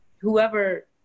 whoever